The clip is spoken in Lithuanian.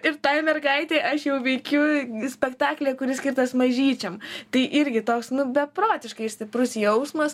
ir tai mergaitei aš jau veikiu spektaklyje kuris skirtas mažyčiam tai irgi toks beprotiškai stiprus jausmas